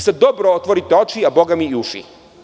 Sad dobro otvorite oči, a bogami i uši.